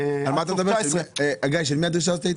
ב-2019 --- של מי הייתה הדרישה הזאת?